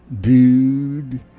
Dude